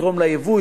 יתרום ליבוא,